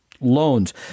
loans